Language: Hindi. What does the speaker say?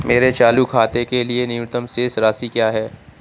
मेरे चालू खाते के लिए न्यूनतम शेष राशि क्या है?